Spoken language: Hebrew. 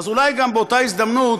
אולי באותה הזדמנות